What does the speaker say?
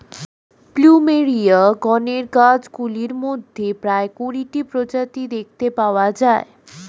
plumeria গণের গাছগুলির মধ্যে প্রায় কুড়িটি প্রজাতি দেখতে পাওয়া যায়